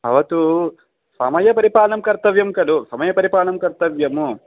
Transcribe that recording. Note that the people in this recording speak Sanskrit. भवतु समयपरिपालनं कर्तव्यं खलु समयपरिपालनं कर्तव्यम्